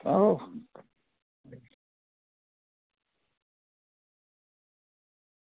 आहो